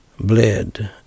bled